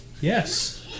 Yes